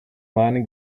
money